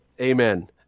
Amen